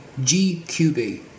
GQB